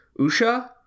Usha